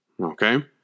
Okay